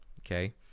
Okay